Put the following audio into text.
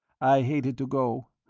i hated to go,